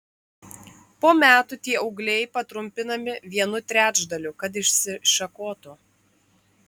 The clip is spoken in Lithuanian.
po metų tie ūgliai patrumpinami vienu trečdaliu kad išsišakotų